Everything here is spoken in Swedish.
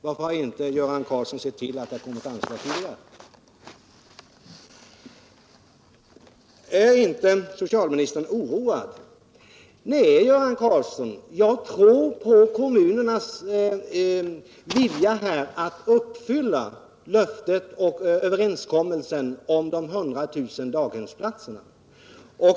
Varför har inte Göran Karlsson sett till att det kommit ett anslag tidigare? Är inte socialministern oroad? Nej, Göran Karlsson, jag tror på kommunernas vilja att uppfylla löftet och överenskommelsen om de 100 000 daghemsplatserna.